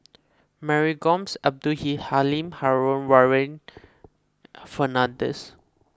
Mary Gomes Abdul Halim Haron and Warren Fernandez